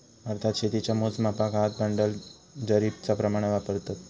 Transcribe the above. भारतात शेतीच्या मोजमापाक हात, बंडल, जरीबचा प्रमाण वापरतत